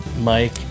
Mike